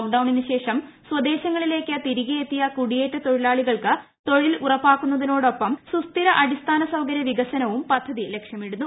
ലോക്ഡൌണിന് ശേഷം സ്വദേശങ്ങളിലേക്ക് തിരികെ എത്തിയ കുടിയേറ്റ തൊഴിലാളികൾക്ക് തൊഴിൽ ഉറപ്പാക്കുന്നതിനോടൊപ്പം സുസ്ഥിര അടിസ്ഥാന സൌകര്യ വികസനവും പദ്ധതി ലക്ഷ്യമിടുന്നു